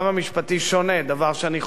דבר שאני חולק עליו לחלוטין,